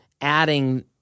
adding